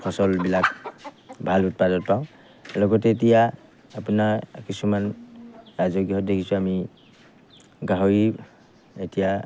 ফচলবিলাক ভাল উৎপাদন পাওঁ লগতে এতিয়া আপোনাৰ কিছুমান ৰাজ্যত দেখিছোঁ আমি গাহৰি এতিয়া